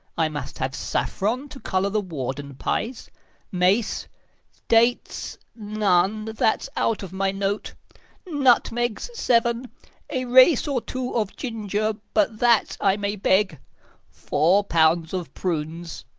i must have saffron to colour the warden pies mace dates' none, that's out of my note nutmegs, seven a race or two of ginger' but that i may beg four pound of prunes,